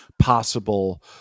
possible